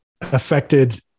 affected